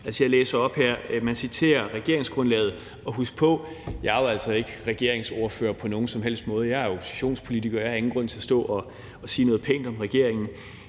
jeg læser op her. Man citerer regeringsgrundlaget, og husk på: Jeg er jo altså ikke regeringsordfører på nogen som helst måde. Jeg er oppositionspolitiker. Jeg har ingen grund til at stå og sige noget pænt om regeringen.